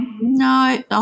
No